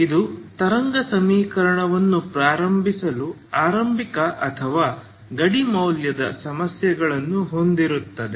ಇದು ತರಂಗ ಸಮೀಕರಣವನ್ನು ಪ್ರಾರಂಭಿಸಲು ಆರಂಭಿಕ ಅಥವಾ ಗಡಿ ಮೌಲ್ಯದ ಸಮಸ್ಯೆಗಳನ್ನು ಹೊಂದಿರುತ್ತದೆ